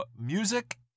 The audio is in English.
music